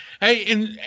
Hey